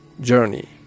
journey